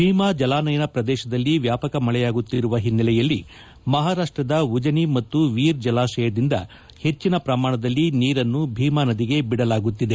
ಭೀಮಾ ಜಲಾನಯನ ಪ್ರದೇಶದಲ್ಲಿ ವ್ಯಾಪಕ ಮಳೆಯಾಗುತ್ತಿರುವ ಹಿನ್ನೆಲೆಯಲ್ಲಿ ಮಹಾರಾಷ್ಟದ ಉಜನಿ ಮತ್ತು ವೀರ್ ಜಲಾಶಯದಿಂದ ಹೆಚ್ಚಿನ ಪ್ರಮಾಣದಲ್ಲಿ ನೀರು ಭೀಮಾ ನದಿಗೆ ಬಿಡಲಾಗುತ್ತಿದೆ